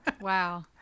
wow